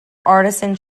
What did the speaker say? artisan